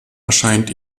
erscheint